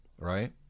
right